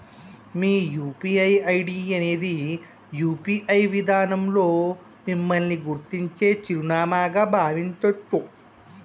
మీ UPI ID అనేది UPI విధానంలో మిమ్మల్ని గుర్తించే చిరునామాగా భావించొచ్చు